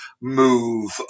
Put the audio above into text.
move